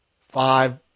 Five